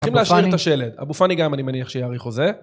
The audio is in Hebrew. הולכים להשאיר את השלד, אבו פאני גם אני מניח שיעריך חוזה.